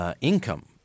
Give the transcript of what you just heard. income